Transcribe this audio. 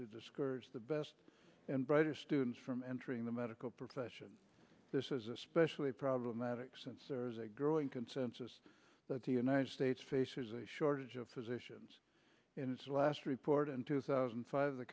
to discourage the best and brightest students from entering the medical profession this is especially problematic since there is a growing consensus that the united states faces a shortage of physicians in its last report in two thousand and five